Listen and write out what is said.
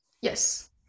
yes